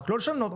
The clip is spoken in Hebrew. לא לשנות,